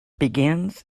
begins